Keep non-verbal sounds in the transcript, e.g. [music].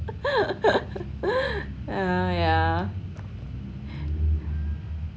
[laughs] yeah